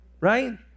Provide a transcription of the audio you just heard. Right